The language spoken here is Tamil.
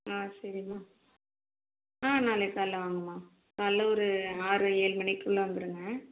ஆ சரிமா ஆ நாளைக்கு காலையில் வாங்கமா காலையில் ஒரு ஆறு ஏழு மணிக்குள்ளே வந்துடுங்க